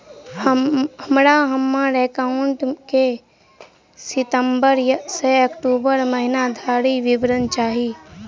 हमरा हम्मर एकाउंट केँ सितम्बर सँ अक्टूबर महीना धरि विवरण चाहि?